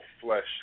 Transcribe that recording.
flesh